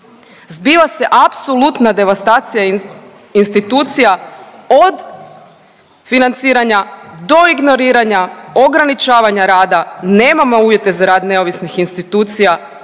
Zbiva se apsolutna devastacija institucija od financiranja do ignoriranja, ograničavanja rada, nemamo uvjete za rad neovisnih institucija